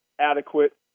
adequate